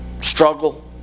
struggle